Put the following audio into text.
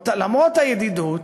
למרות הידידות